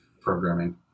programming